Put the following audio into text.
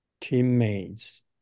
teammates